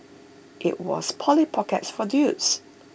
IT was Polly pockets for dudes